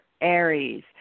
Aries